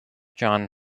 john